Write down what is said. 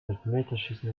elfmeterschießen